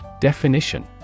Definition